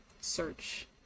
search